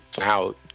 out